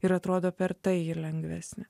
ir atrodo per tai ji lengvesnė